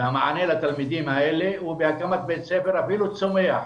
והמענה לתלמידים האלה הוא בהקמת בית ספר אפילו צומח,